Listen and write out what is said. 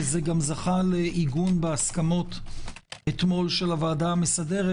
וזה גם זכה לעיגון בהסכמות אתמול של הוועדה המסדרת,